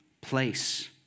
place